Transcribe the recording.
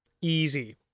easy